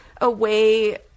away